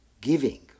giving